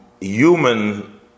human